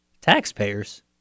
Taxpayers